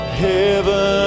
heaven